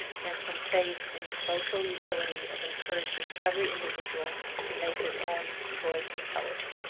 and from faith in the social utility of encouraging every individual to make his own choice intelligent.